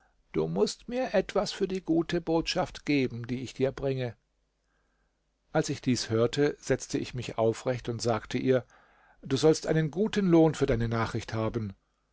du mußt mir etwas für die gute botschaft geben die ich dir bringe als ich dies hörte setzte ich mich aufrecht und sagte ihr du sollst einen guten lohn für deine nachricht haben